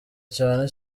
cyane